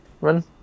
run